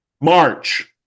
March